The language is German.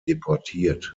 deportiert